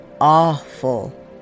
awful